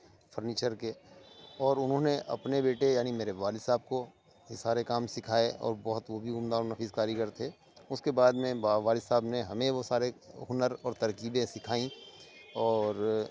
furniture کے اور انہوں نے اپنے بیٹے یعنی میرے والد صاحب کو یہ سارے کام سکھائے اور بہت وہ بھی عمدہ اور نفیس کاریگر تھے اس کے بعد میں والد صاحب نے ہمیں وہ سارے ہنر اور ترکیبیں سکھائیں اور